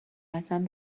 هستند